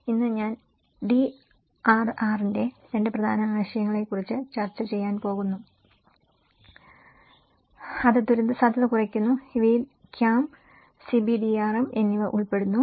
ഇന്ന് ഞാൻ ഡിആർആറിന്റെ 2 പ്രധാന ആശയങ്ങളെക്കുറിച്ച് ചർച്ച ചെയ്യാൻ പോകുന്നു അത് ദുരന്തസാധ്യത കുറയ്ക്കുന്നു ഇവയിൽ CAM CBDRM എന്നിവ ഉൾപ്പെടുന്നു